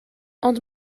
ond